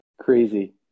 crazy